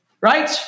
Right